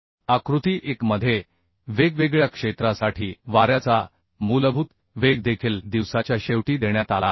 आकृती 1 मध्ये वेगवेगळ्या क्षेत्रासाठी वाऱ्याचा मूलभूत वेग देखील दिवसाच्या शेवटी देण्यात आला आहे